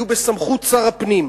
יהיו בסמכות שר הפנים,